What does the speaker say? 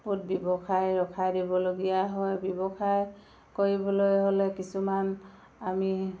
বহুত ব্যৱসায় ৰখাই দিবলগীয়া হয় ব্যৱসায় কৰিবলৈ হ'লে কিছুমান আমি